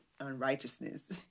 unrighteousness